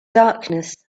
darkness